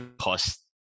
cost